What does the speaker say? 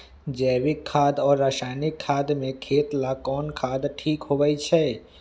जैविक खाद और रासायनिक खाद में खेत ला कौन खाद ठीक होवैछे?